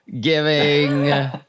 giving